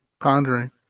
Pondering